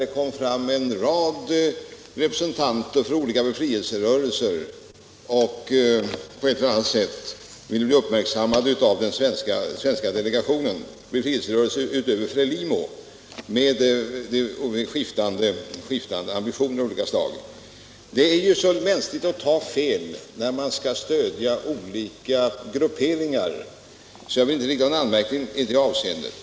Då kom, utöver Frelimo, en rad representanter för olika befrielseorganisationer med skiftande ambitioner och ville på ett eller annat sätt bli uppmärksammade av den svenska delegationen. Det är ju mänskligt att ta fel när man skall stödja olika grupperingar, så jag vill inte rikta någon anmärkning i det avseendet.